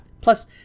Plus